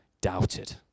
doubted